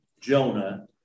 Jonah